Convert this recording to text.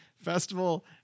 festival